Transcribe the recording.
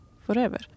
forever